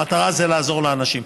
המטרה זה לעזור לאנשים.